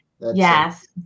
Yes